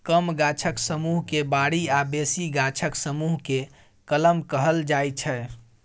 कम गाछक समुह केँ बारी आ बेसी गाछक समुह केँ कलम कहल जाइ छै